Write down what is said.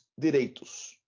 direitos